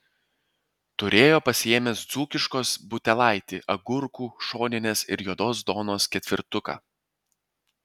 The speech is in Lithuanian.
turėjo pasiėmęs dzūkiškos butelaitį agurkų šoninės ir juodos duonos ketvirtuką